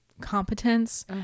competence